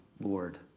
Lord